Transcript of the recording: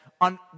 on